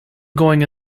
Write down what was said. going